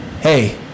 hey